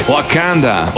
Wakanda